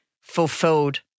fulfilled